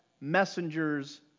messengers